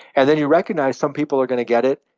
and then you recognize some people are going to get it,